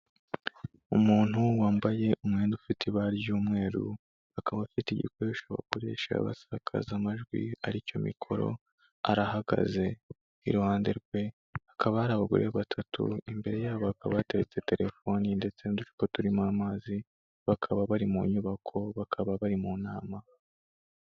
Umuntu wambaye umwenda ufite ibara ry'umweru, akaba afite igikoresho bakoresha basakaza amajwi ari cyo mikoro, arahagaze iruhande rwe hakaba hari abagore batatu, imbere yabo hakaba hateretse telefoni ndetse n'uducupa turimo amazi, bakaba bari mu nyubako, bakaba bari mu nama.